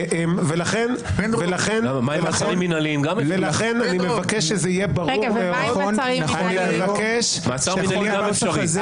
לכן אני מבקש שזה יהיה ברור -- במעצרים מנהליים זה אפשרי.